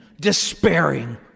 despairing